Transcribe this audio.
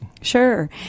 sure